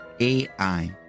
AI